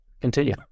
continue